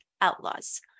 outlaws